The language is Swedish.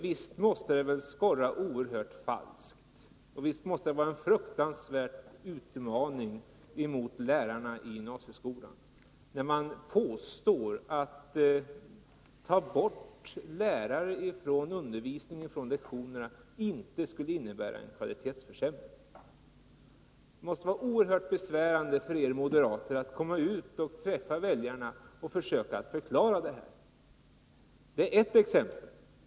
Visst måste det skorra oerhört falskt och vara en fruktansvärd utmaning mot lärarna inom gymnasieskolan att påstå att borttagandet av lärare från lektionerna inte skulle innebära en kvalitetsförsämring. Det måste vara mycket besvärande för er moderater att komma ut och träffa väljarna och försöka förklara detta. Det var ett exempel.